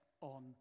on